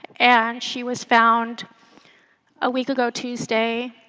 and she was found a week ago tuesday,